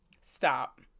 Stop